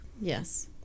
Yes